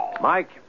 Mike